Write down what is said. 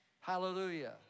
Hallelujah